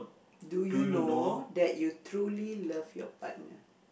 do you know that you truly love your partner